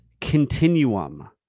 continuum